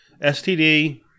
STD